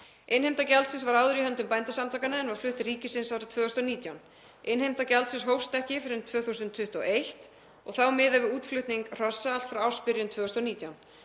Innheimta gjaldsins var áður í höndum Bændasamtakanna en var flutt til ríkisins árið 2019. Innheimta gjaldsins hófst ekki fyrr en 2021, þá miðað við útflutning hrossa allt frá ársbyrjun 2019.